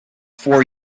for